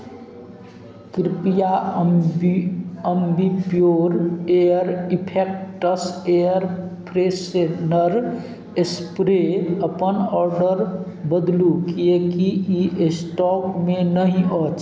कृपया Ambi Ambi Pur air effects air freshener spray अपन order बदलू किएकि ई स्टॉकमे नहि अछि